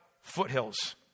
foothills